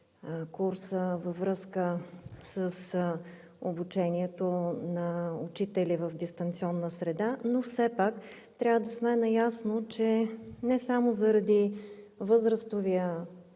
курса във връзка с обучението на учители в дистанционна среда, но все пак трябва да сме наясно, че не е само заради възрастовия